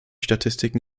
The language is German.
statistiken